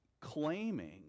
claiming